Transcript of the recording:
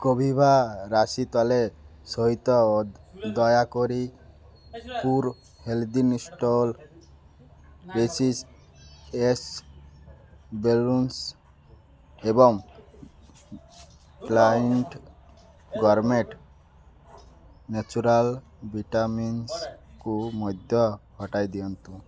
କପିଭା ରାଶି ତେଲ ସହିତ ଦୟାକରି ପୁରୋ ହେଲ୍ଦି ନେସ୍ଲେ ବେଶିଷ୍ ଏସ୍ ବେଲୁନ୍ସ୍ ଏବଂ କ୍ଵାଇନିଠ୍ ଗୋର୍ମେଟ୍ ନେଚୁରାଲ୍ ବିଟା ମିନ୍ସକୁ ମଧ୍ୟ ହଟାଇ ଦିଅନ୍ତୁ